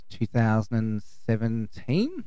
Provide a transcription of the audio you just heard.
2017